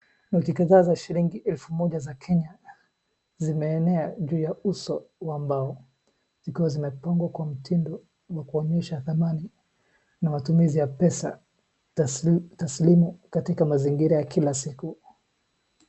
Noti kadhaa za shilingi elfu moja za Kenya zimeenea juu ya uso wa mbao zikiwa zimepangwa kwa mtindo wakuonyesha dhamani na matumizi ya pesa taslimu katika mazingira ya kila siku.